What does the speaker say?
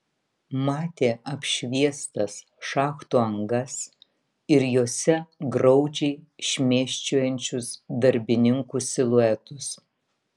matė apšviestas šachtų angas ir jose graudžiai šmėsčiojančius darbininkų siluetus